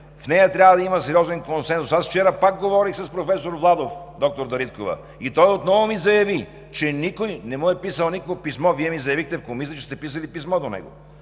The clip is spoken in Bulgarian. по нея трябва да има сериозен консенсус. Аз вчера пак говорих с професор Владов, доктор Дариткова, и той отново ми заяви, че никой не му е писал никакво писмо. Вие ми заявихте в Комисията, че сте писали писмо до него.